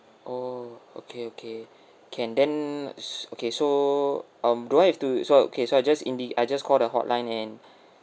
oh okay okay can then s~ okay so um do I have to so okay so I just in the I just call the hotline and